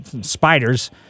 spiders